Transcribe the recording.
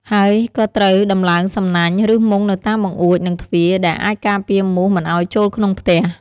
ហើយក៏ត្រូវដំឡើងសំណាញ់ ឬមុងនៅតាមបង្អួច និងទ្វារ ដែលអាចការពារមូសមិនឱ្យចូលក្នុងផ្ទះ។